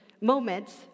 moments